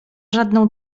żadną